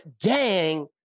gang